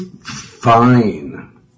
fine